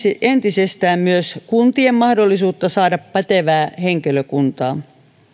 entisestään myös kuntien mahdollisuutta saada pätevää henkilökuntaa